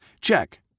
Check